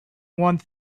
one